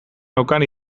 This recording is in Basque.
neukan